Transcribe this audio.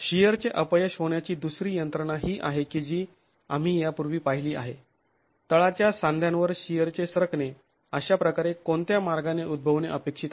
शिअरचे अपयश होण्याची दुसरी यंत्रणा ही आहे की जी आम्ही यापूर्वी पाहिली आहे तळाच्या सांध्यांवर शिअरचे सरकणे अशाप्रकारे कोणत्या मार्गाने उद्भवणे अपेक्षित आहे